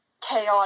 chaotic